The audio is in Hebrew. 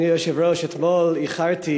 אדוני היושב-ראש, אתמול איחרתי